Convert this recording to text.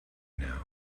now